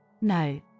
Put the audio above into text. No